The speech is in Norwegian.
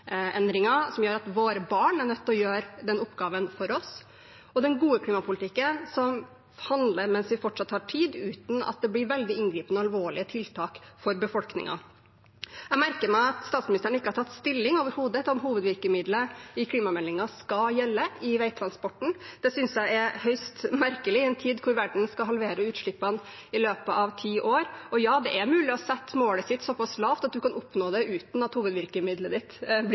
som gjør at våre barn er nødt til å gjøre den oppgaven for oss, og den gode klimapolitikken, som gjør at man handler mens vi fortsatt har tid, uten at det blir veldig inngripende og alvorlige tiltak for befolkningen. Jeg merker meg at statsministeren overhodet ikke har tatt stilling til om hovedvirkemiddelet i klimameldingen skal gjelde for veitransporten. Det synes jeg er høyst merkelig i en tid da verden skal halvere utslippene i løpet av ti år. Ja, det er mulig å sette målet sitt såpass lavt at man kan nå det uten at hovedvirkemiddelet blir